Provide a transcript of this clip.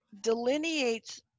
delineates